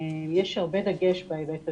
יש דגש גדול בהיבט הזה.